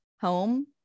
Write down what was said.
home